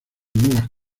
nuevas